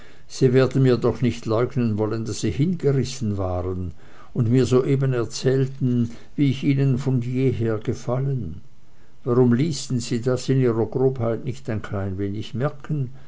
sie werden mir doch nicht leugnen wollen daß sie hingerissen waren und mir soeben erzählten wie ich ihnen von jeher gefallen warum ließen sie das in ihrer grobheit nicht ein klein weniges merken